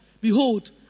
behold